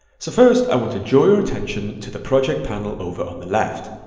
so first i want to draw your attention to the project panel over on the left.